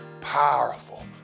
powerful